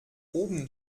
oben